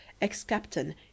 ex-captain